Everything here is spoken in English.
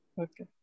Okay